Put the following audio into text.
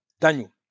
daniel